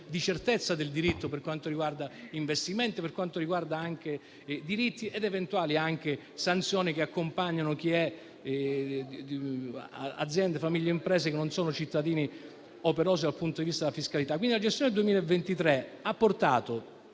di certezza del diritto, per quanto riguarda gli investimenti e per quanto riguarda anche diritti ed eventuali sanzioni che accompagnano aziende, famiglie e imprese che non sono cittadini operosi dal punto di vista della fiscalità. Quindi, la gestione 2023 ha portato